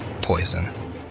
poison